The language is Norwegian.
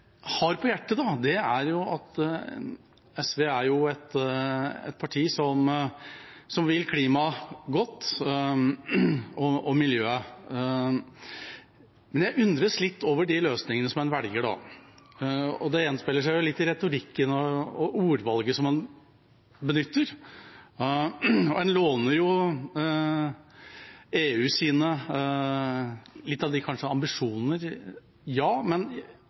har på hjertet, er: SV er jo et parti som vil klimaet og miljøet godt, men jeg undres litt over de løsningene en velger. Det gjenspeiler seg litt i retorikken og ordvalget en benytter. En låner jo litt av EUs ambisjoner når det gjelder ordvalg, men